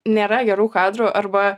nėra gerų kadrų arba